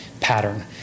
pattern